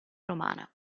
romana